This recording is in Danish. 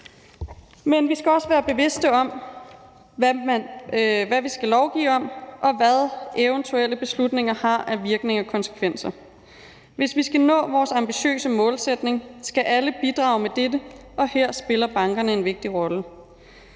Men vi skal også være bevidste om, hvad vi skal lovgive om, og hvad eventuelle beslutninger har af virkninger og konsekvenser. Hvis vi skal nå vores ambitiøse målsætning, skal alle bidrage med dette, og her spiller bankerne en vigtig rolle.